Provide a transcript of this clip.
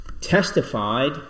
testified